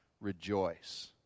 rejoice